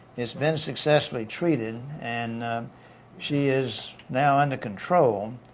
it's been successfully treated and she is now under control